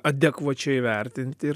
adekvačiai vertinti ir